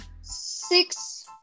six